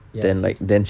ya she